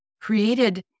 created